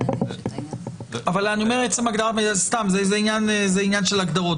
זה עניין של הגדרות.